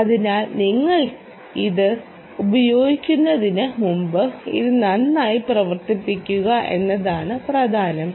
അതിനാൽ നിങ്ങൾ ഇത് ഉപയോഗിക്കുന്നതിന് മുമ്പ് ഇത് നന്നായി പ്രവർത്തിപ്പിക്കുക എന്നതാണ് പ്രധാനം